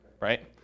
right